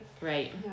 right